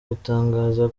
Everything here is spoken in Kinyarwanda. gutangaza